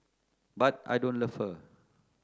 but I don't love her